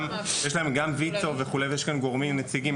יש להם גם ויצו וכו' ויש כאן גורמים נציגים,